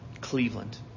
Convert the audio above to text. Cleveland